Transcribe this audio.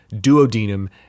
duodenum